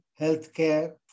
healthcare